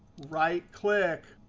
right click,